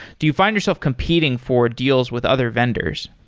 do you find yourself competing for deals with other vendors?